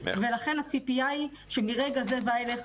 ולכן, הציפייה היא שמרגע זה ואילך,